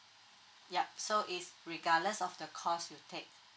yup so is regardless of the course you take